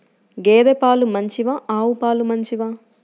గేద పాలు మంచివా ఆవు పాలు మంచివా?